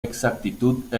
exactitud